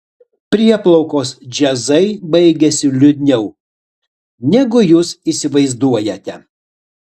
prieplaukos džiazai baigiasi liūdniau negu jūs įsivaizduojate